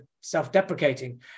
self-deprecating